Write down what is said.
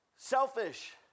Selfish